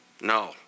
no